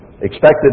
expected